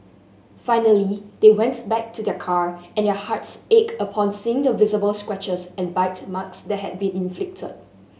finally they went back to their car and their hearts ached upon seeing the visible scratches and bite marks that had been inflicted